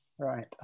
Right